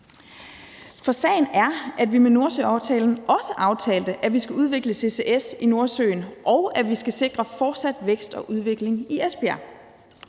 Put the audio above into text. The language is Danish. For sagen er, at vi med Nordsøaftalen også aftalte, at vi skal udvikle ccs i Nordsøen, og at vi skal sikre fortsat vækst og udvikling i Esbjerg.